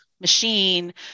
machine